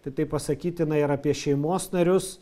tai tai pasakytina ir apie šeimos narius